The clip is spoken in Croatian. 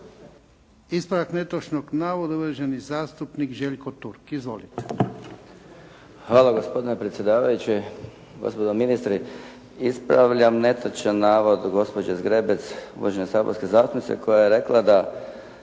Ispravljam netočan navod gospođe Zgrebec, uvažene saborske zastupnice koja je rekla da